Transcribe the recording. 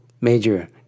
Major